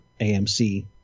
AMC